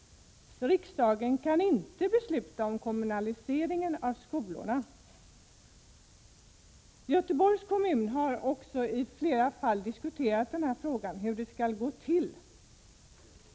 Riksdagen kan inte besluta om kommunaliseringen av skolorna. Göteborgs kommun har också flera gånger diskuterat hur det skall gå till.